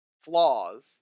flaws